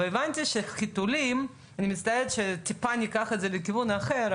אני מצטערת שטיפה ניקח את זה לכיוון אחר,